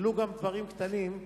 ולו גם דברים קטנים,